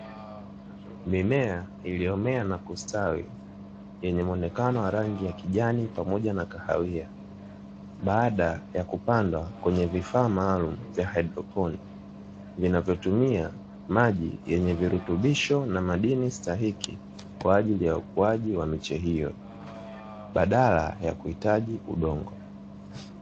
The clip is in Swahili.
Mimea iliyomea na kustawi yenye muonekano wa rangi ya kijani pamoja na kahawia, baada ya kupandwa kwenye vifaa maalumu vya hydroponi, vinavyotumia maji yenye virutubisho na madini stahiki kwa ajili ya ukuaji wa mche huo badala ya kuhitaji udongo.